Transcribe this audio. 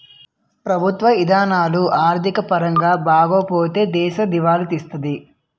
ప్రభుత్వ ఇధానాలు ఆర్థిక పరంగా బాగోపోతే దేశం దివాలా తీత్తాది